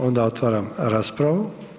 Onda otvaram raspravu.